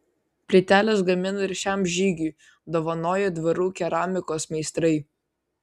plyteles gamina ir šiam žygiui dovanoja dvarų keramikos meistrai